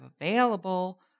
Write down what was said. available